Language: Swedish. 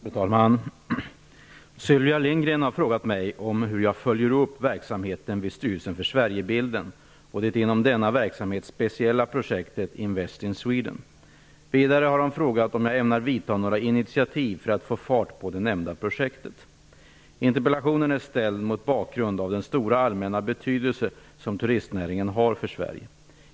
Fru talman! Sylvia Lindgren har frågat mig om hur jag följer upp verksamheten vid Styrelsen för Sverigebilden och det inom denna verksamhet speciella projektet Invest in Sweden. Vidare har hon frågat om jag ämnar ta några initiativ för att få fart på det nämnda projektet. Interpellationen är ställd mot bakgrund av den stora allmänna betydelse som turisnäringen har för Sverige.